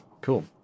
Cool